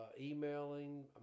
emailing